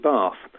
Bath